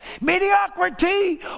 mediocrity